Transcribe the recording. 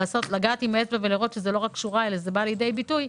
לגעת עם האצבע ולראות שזה לא רק שורה וזה בא לידי ביטוי,